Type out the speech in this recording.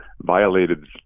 violated